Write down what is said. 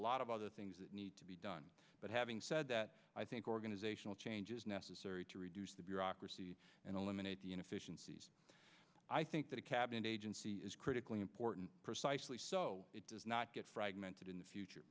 lot of other things that need to be done but having said that i think organizational change is necessary to reduce the bureaucracy and eliminate the inefficiencies i think that a cabinet agency is critically important precisely so it does not get fragmented in the future